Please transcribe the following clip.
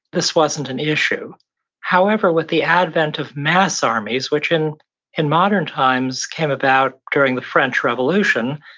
this wasn't an issue however, with the advent of mass armies, which in and modern times came about during the french revolution,